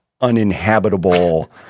uninhabitable